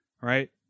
Right